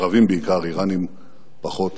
ערבים בעיקר, אירנים פחות,